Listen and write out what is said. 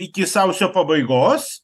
iki sausio pabaigos